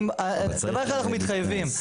דבר אחד אנחנו מתחייבים,